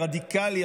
הרדיקלי,